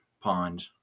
pond